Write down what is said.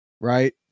Right